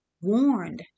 warned